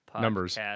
numbers